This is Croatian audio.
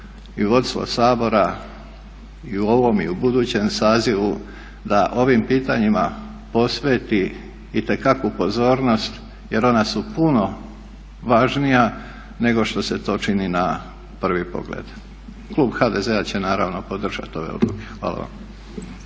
i vodstvo Sabora i u ovom i u budućem sazivu da ovim pitanjima posveti itekakvu pozornost jer ona su puno važnija nego što se to čini na prvi pogled. Klub HDZ-a će naravno podržati ove odluke. Hvala vam.